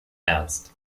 ernst